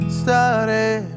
started